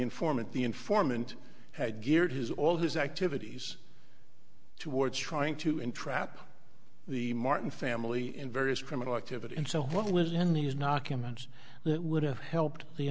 informant the informant had geared his all his activities two words trying to entrap the martin family in various criminal activity and so what was in these knock him and would have helped the